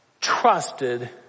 trusted